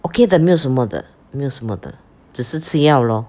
okay 的没有什么的没有什么的只是吃药 lor